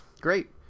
Great